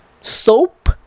Soap